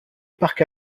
parc